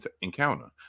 encounter